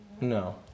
No